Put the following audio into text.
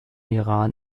iran